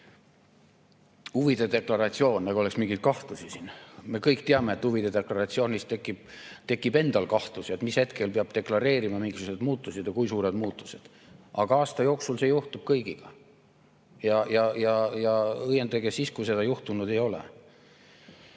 Huvide deklaratsioon – nagu oleks siin mingeid kahtlusi. Me kõik teame, et huvide deklaratsiooni puhul tekib endalgi kahtlusi, et mis hetkel peab deklareerima mingisugused muutused ja kui suured muutused, aga aasta jooksul juhtub seda kõigiga – õiendage siis, kui seda juhtunud ei ole.